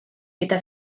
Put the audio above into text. eta